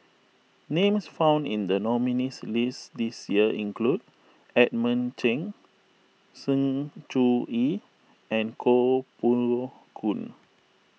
names found in the nominees' list this year include Edmund Cheng Sng Choon Yee and Koh Poh Koon